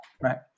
Right